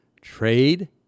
trade